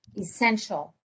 Essential